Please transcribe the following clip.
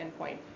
endpoint